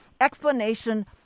Explanation